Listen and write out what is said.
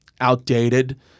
outdated